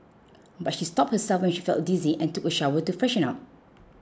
but she stopped herself when she felt dizzy and took a shower to freshen up